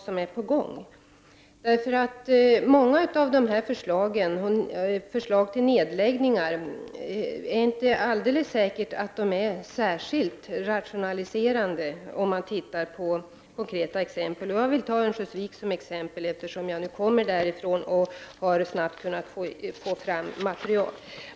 Det är nämligen inte säkert att många av förslagen till nedläggningar, om de genomförs, är särskilt rationella. Jag kan som exempel nämna situationen i Örnsköldsvik, eftersom jag kommer därifrån och snabbt har kunnat få fram material.